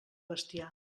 bestiar